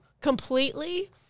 completely